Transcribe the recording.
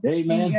Amen